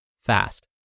fast